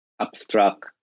abstract